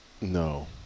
No